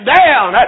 down